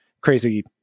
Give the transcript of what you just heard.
crazy